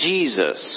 Jesus